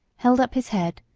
held up his head,